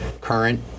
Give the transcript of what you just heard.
current